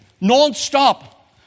non-stop